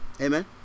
Amen